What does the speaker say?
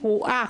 קרועה.